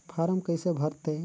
Form कइसे भरते?